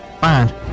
Fine